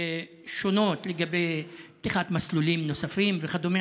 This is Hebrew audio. שונות לגבי פתיחת מסלולים נוספים וכדומה,